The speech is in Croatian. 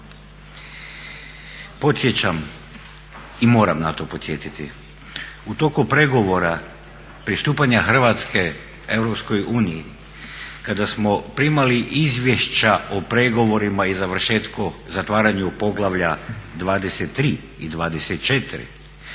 Podsjećam i moram na to podsjetiti u toku pregovora, pristupanja Hrvatske Europskoj uniji kada smo primali izvješća o pregovorima i završetku, zatvaranju poglavlja 23. i 24.